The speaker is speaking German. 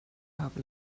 haben